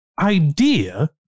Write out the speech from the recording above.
idea